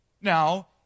Now